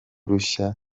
rushya